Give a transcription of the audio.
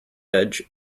veg